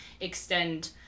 extend